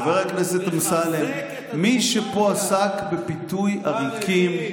חבר הכנסת אמסלם, מי שפה עסק בפיתוי עריקים